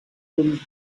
pulled